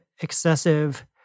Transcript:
excessive